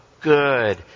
good